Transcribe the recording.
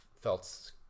Felt